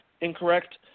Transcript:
incorrect